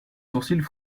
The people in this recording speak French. sourcils